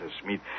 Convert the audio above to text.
Smith